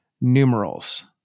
numerals